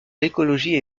l’écologie